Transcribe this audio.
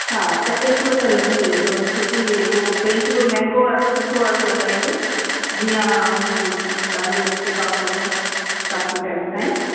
हा त एतिरो त लॻी वेंदव छोकि हू पेंट बि महींगो वारो सुठो वारो लॻाईंदो जीअं हू तव्हांजो टिकाऊ रहे काफ़ी टाइम ताईंं